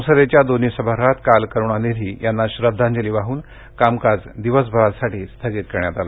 संसदेच्या दोन्ही सभागृहात काल करुणानिधी यांना श्रद्धांजली वाहन कामकाज दिवसभरासाठी स्थगित करण्यात आलं